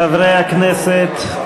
חברי הכנסת,